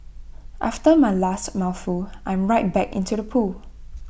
after my last mouthful I'm right back into the pool